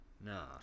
No